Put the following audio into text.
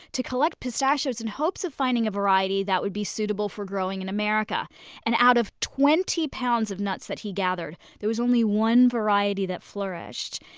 to collect pistachios in hopes of finding a variety that would be suitable for growing in america and out of twenty pounds of nuts that he gathered, there was only one variety that flourished.